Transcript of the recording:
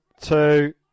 two